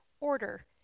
order